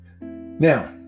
Now